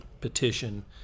petition